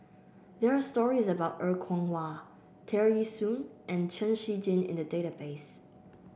there are stories about Er Kwong Wah Tear Ee Soon and Chen Shiji in the database